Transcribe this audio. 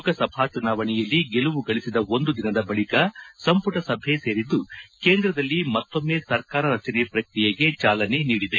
ಲೋಕಸಭಾ ಚುನಾವಣೆಯಲ್ಲಿ ಗೆಲುವು ಗಳಿಸಿದ ಒಂದು ದಿನದ ಬಳಿಕ ಸಂಪುಟ ಸಭೆ ಸೇರಿದ್ದು ಕೇಂದ್ರದಲ್ಲಿ ಮತ್ತೊಮ್ಮೆ ಸರ್ಕಾರ ರಚನೆ ಪ್ರಕ್ರಿಯೆಗೆ ಚಾಲನೆ ನೀಡಿದೆ